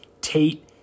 Tate